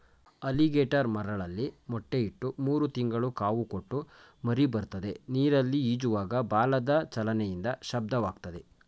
alligator ಮರಳಲ್ಲಿ ಮೊಟ್ಟೆ ಇಟ್ಟು ಮೂರು ತಿಂಗಳು ಕಾವು ಕೊಟ್ಟು ಮರಿಬರ್ತದೆ ನೀರಲ್ಲಿ ಈಜುವಾಗ ಬಾಲದ ಚಲನೆಯಿಂದ ಶಬ್ದವಾಗ್ತದೆ